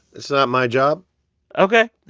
it's not my job ok